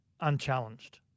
unchallenged